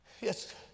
Yes